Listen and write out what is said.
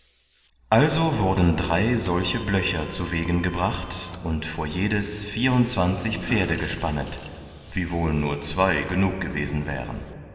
also wurden drei solche blöcher zuwegen gebracht und vor jedes vierundzwanzig pferde gespannet wiewohl nur zwei genug gewesen wären